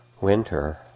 winter